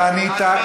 תתבייש לך.